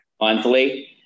monthly